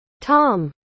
Tom